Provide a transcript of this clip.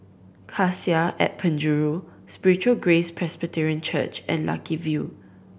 Cassia at Penjuru Spiritual Grace Presbyterian Church and Lucky View